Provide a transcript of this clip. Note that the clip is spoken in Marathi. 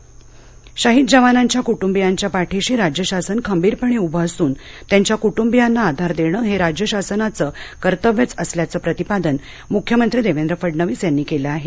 मुख्यमंत्री शहीद जवानांच्या कुटुंबियांच्या पाठिशी राज्य शासन खंबीरपणे उभं असून त्यांच्या कुटुंबियांना आधार देणं हे राज्य शासनाचं कर्तव्यच असल्याचं प्रतिपादन मुख्यमंत्री देवेंद्र फडणवीस यांनी केलं आहे